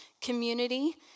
community